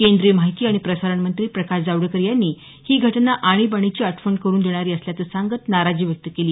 केंद्रीय माहिती आणि प्रसारण मंत्री प्रकाश जावडेकर यांनी ही घटना आणिबाणीची आठवण करून देणारी असल्याचं सांगत नाराजी व्यक्त केली